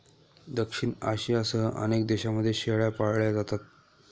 दक्षिण आशियासह अनेक देशांमध्ये शेळ्या पाळल्या जातात